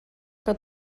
que